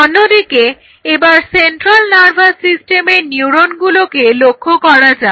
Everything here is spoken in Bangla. অন্যদিকে এবার সেন্ট্রাল নার্ভাস সিস্টেমের নিউরনগুলোকে লক্ষ্য করা যাক